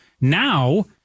Now